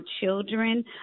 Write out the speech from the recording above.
children